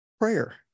prayer